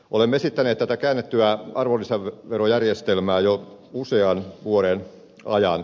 olemme esittäneet tätä käännettyä arvonlisäverojärjestelmää jo usean vuoden ajan